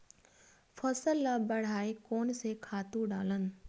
फसल ल बढ़ाय कोन से खातु डालन?